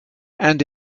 and